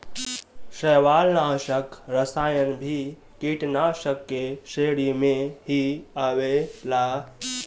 शैवालनाशक रसायन भी कीटनाशाक के श्रेणी में ही आवेला